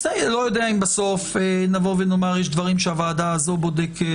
אני לא יודע אם בסוף נבוא ונאמר: יש דברים שהוועדה הזו בודקת,